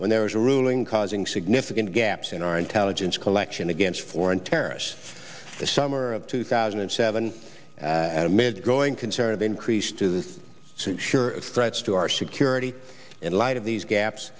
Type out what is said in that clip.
when there was a ruling causing significant gaps in our intelligence collection against foreign terrorists the summer of two thousand and seven amid growing concern of increased to sure threats to our security in light of these gaps